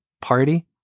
party